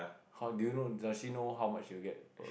how do you know does she know how much she will get